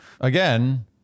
Again